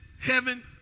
heaven